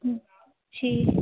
जी